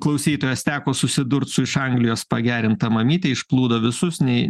klausytojas teko susidurt su iš anglijos pagerinta mamytė išplūdo visus nei